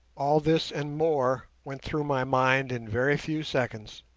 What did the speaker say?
all this and more went through my mind in very few seconds.